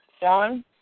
John